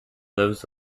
lives